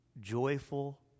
joyful